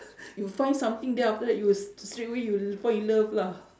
you find something then after that you will st~ straight away you'll fall in love lah